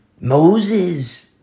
Moses